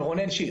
של רונן שיך.